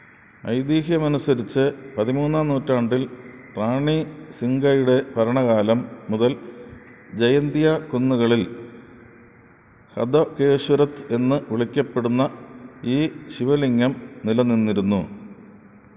ഐതിഹ്യമനുസരിച്ച് പതിമൂന്നാം നൂറ്റാണ്ടിൽ റാണി സിംഗയുടെ ഭരണകാലം മുതൽ ജയന്തിയാ കുന്നുകളിൽ ഹതകേശ്വരത് എന്ന് വിളിക്കപ്പെടുന്ന ഈ ശിവലിംഗം നിലനിന്നിരുന്നു